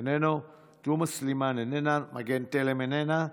איננו, תומא סלימאן, איננה, מגן תלם, איננה,